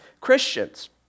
Christians